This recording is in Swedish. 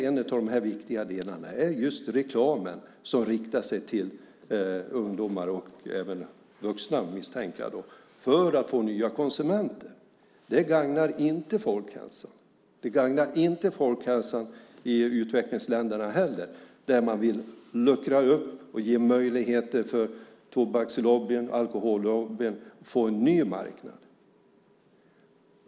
En av de viktiga delarna är just reklamen, som riktar sig till ungdomar och även vuxna, misstänker jag, för att man ska få nya konsumenter. Det gagnar inte folkhälsan. Det gagnar inte folkhälsan i utvecklingsländerna heller, där man vill luckra upp och ge möjligheter för tobakslobbyn och alkohollobbyn att få en ny marknad.